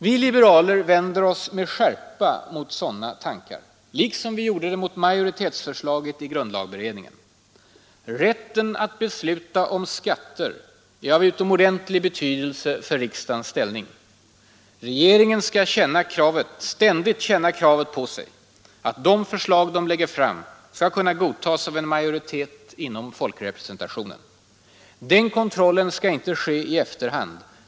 Vi liberaler vänder oss med skärpa mot sådana tankar liksom vi gjorde det mot majoritetsförslaget i grundlagberedningen. Rätten att besluta om skatter är av utomordentlig betydelse för riksdagens ställning. Regeringen skall ständigt känna kravet på sig att de förslag den lägger fram skall kunna godtas av en majoritet inom folkrepresentationen. Den kontrollen skall inte ske i efterhand.